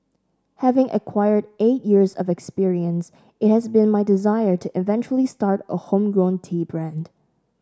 having acquired eight years of experience it has been my desire to eventually start a homegrown tea brand